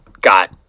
got